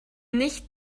nicht